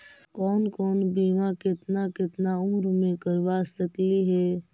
कौन कौन बिमा केतना केतना उम्र मे करबा सकली हे?